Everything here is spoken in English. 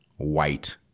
white